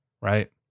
right